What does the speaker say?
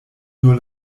nur